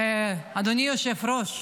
אדוני היושב-ראש,